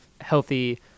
healthy